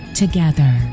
together